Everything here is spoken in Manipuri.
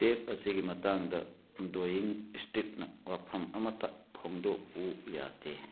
ꯇꯦꯞ ꯑꯁꯤꯒꯤ ꯃꯇꯥꯡꯗ ꯗꯣꯋꯤꯡ ꯏꯁꯇꯤꯠꯅ ꯋꯥꯐꯝ ꯑꯃꯇ ꯐꯣꯡꯗꯣꯛꯎ ꯌꯥꯗꯦ